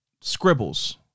scribbles